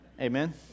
Amen